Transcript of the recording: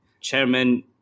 Chairman